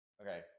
Okay